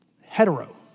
Hetero